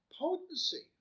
potency